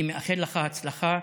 אני מאחל לך הצלחה.